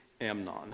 Amnon